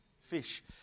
fish